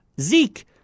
Zeke